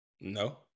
No